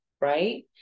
right